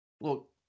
Look